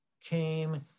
came